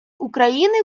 україни